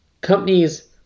Companies